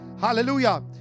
Hallelujah